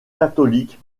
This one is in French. catholique